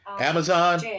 Amazon